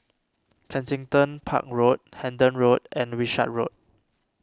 Kensington Park Road Hendon Road and Wishart Road